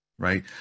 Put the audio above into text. right